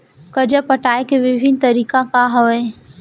करजा पटाए के विभिन्न तरीका का हवे?